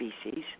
species